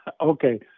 Okay